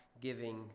giving